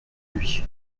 lui